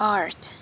art